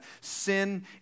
Sin